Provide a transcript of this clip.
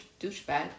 douchebag